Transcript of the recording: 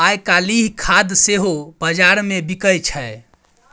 आयकाल्हि खाद सेहो बजारमे बिकय छै